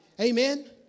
Amen